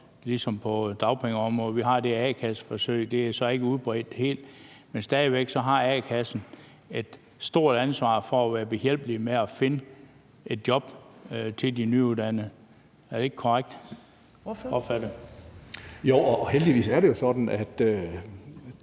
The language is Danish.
øvrige dagpengeområde. Vi har det her a-kasseforsøg – det er så ikke udbredt helt – men stadig væk har a-kassen et stort ansvar for at være behjælpelig med at finde et job til de nyuddannede. Er det ikke korrekt opfattet? Kl. 14:51 Tredje næstformand